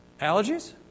Allergies